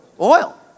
Oil